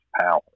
power